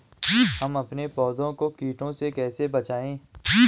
हम अपने पौधों को कीटों से कैसे बचाएं?